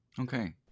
Okay